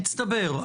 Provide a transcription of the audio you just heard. מצטבר.